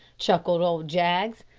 chuckled old jaggs.